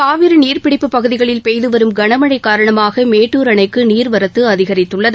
காவிரி நீர்பிடிப்புப் பகுதிகளில் பெய்து வரும் கனமழை காரணமாக மேட்டூர் அணைக்கு நீர்வரத்து அதிகரித்தள்ளது